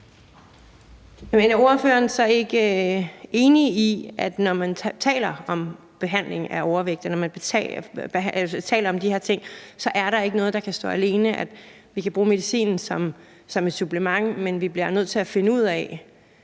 er ordføreren så ikke enig i, at når man taler om behandling af overvægt, og når man taler om de her ting, er der ikke noget, der kan stå alene, altså at man kan bruge medicinen som et supplement, men at vi bliver nødt til at finde ud af,